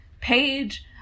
page